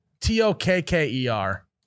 T-O-K-K-E-R